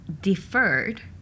deferred